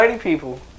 people